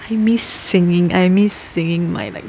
I miss singing I miss singing my like